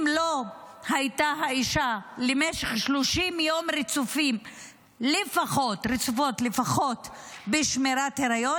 אם האישה לא הייתה למשך 30 יום רצופים לפחות בשמירת היריון,